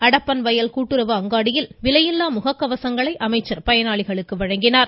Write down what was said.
அடப்பன்வயல் கூட்டுறவு அங்காடியில் விலையில்லா முகக்கவசங்களை அமைச்சர் பயனாளிகளுக்கு வழங்கினார்